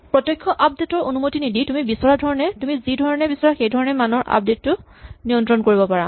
প্ৰত্যক্ষ আপডেট ৰ অনুমতি নিদি তুমি বিচৰা ধৰণে তুমি যি ধৰণে বিচাৰা সেইধৰণে মানৰ আপডেট টো নিয়ন্ত্ৰণ কৰিব পাৰা